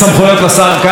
השר קרא,